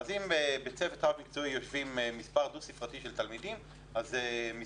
אז אם בצוות הרב-מקצועי יש מספר דו-ספרתי של תלמידים אז יש